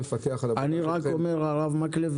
הרב מקלב,